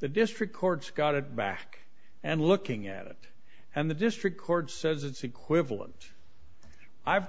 the district courts got it back and looking at it and the district court says it's equivalent i've